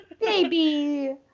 Baby